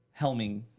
helming